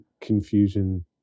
confusion